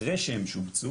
אחרי שהם שובצו,